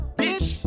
bitch